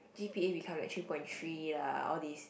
g_p_a become like three point three lah all this